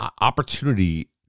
opportunity